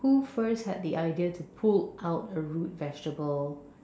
who first had the idea to pull out a root vegetable